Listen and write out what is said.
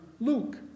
Luke